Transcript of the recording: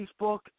Facebook